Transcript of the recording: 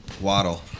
Waddle